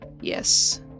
Yes